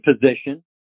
position